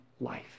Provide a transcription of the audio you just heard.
life